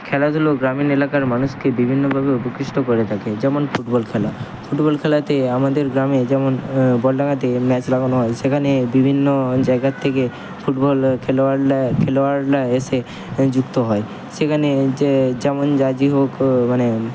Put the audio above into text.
খেলাধুলো গ্রামীণ এলাকার মানুষকে বিভিন্নভাবে উপকৃত করে থাকে যেমন ফুটবল খেলা ফুটবল খেলাতে আমাদের গ্রামে যেমন বলডাঙাতে ম্যাচ লাগানো হয় সেখানে বিভিন্ন জায়গার থেকে ফুটবল খেলোয়াড় লেয় খেলোয়াড় লা এসে যুক্ত হয় সেখানে যে যেমন যাজি হোক মানে